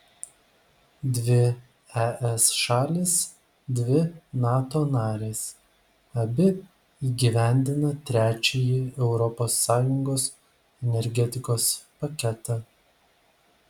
dvi es šalys dvi nato narės abi įgyvendina trečiąjį europos sąjungos energetikos paketą